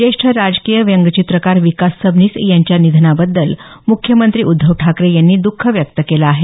ज्येष्ठ राजकीय व्यंगचित्रकार विकास सबनीस यांच्या निधनाबद्दल मुख्यमंत्री उद्धव ठाकरे यांनी द्ख व्यक्त केलं आहे